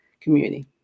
community